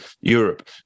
Europe